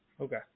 Okay